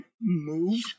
move